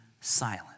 silent